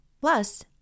Plus